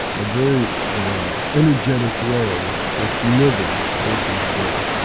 a very energetic way that's living versus dead.